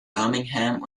birmingham